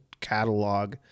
catalog